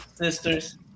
Sisters